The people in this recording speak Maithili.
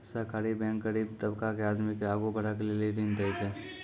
सहकारी बैंक गरीब तबका के आदमी के आगू बढ़ै के लेली ऋण देय छै